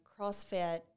CrossFit